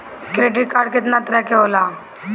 Credit card कितना तरह के होला?